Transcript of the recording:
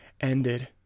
ended